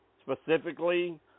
specifically